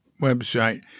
website